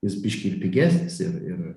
jis biškį ir pigesnis ir ir